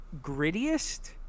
grittiest